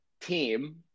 team